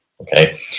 okay